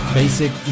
basic